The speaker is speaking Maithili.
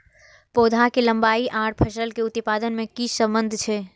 पौधा के लंबाई आर फसल के उत्पादन में कि सम्बन्ध छे?